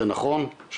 זה נכון,